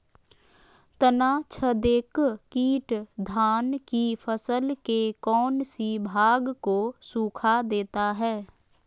तनाछदेक किट धान की फसल के कौन सी भाग को सुखा देता है?